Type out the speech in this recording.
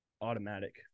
automatic